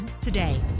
today